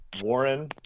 Warren